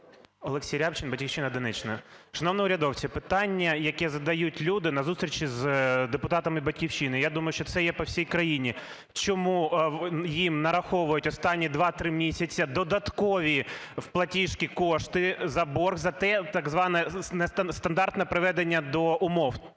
Олексій Рябчин, "Батьківщина", Донеччина. Шановні урядовці, питання, яке задають люди на зустрічі з депутатами "Батьківщини", я думаю, що це є по всій країні: чому їм нараховують останні 2-3 місяці додаткові в платіжки кошти за борг за те так зване стандартне приведення до умов,